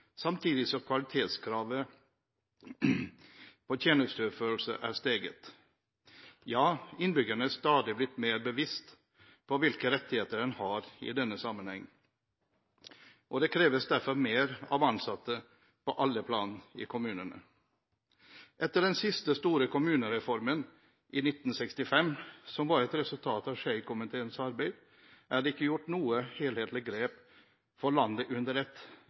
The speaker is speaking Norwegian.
samtidig som kvalitetskravet på tjenesteutførelse er steget. Ja, innbyggerne har blitt stadig mer bevisst på hvilke rettigheter en har i denne sammenheng. Det kreves derfor mer av ansatte på alle plan i kommunene. Etter den siste store kommunereformen i 1965, som var et resultat av Schei-komiteens arbeid, er det ikke gjort noe helhetlig grep for landet under ett